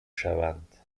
شوند